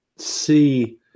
see